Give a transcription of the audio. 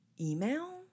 email